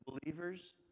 believers